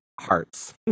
hearts